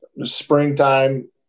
springtime